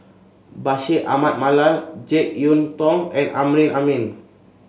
Bashir Ahmad Mallal JeK Yeun Thong and Amrin Amin